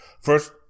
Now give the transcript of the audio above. first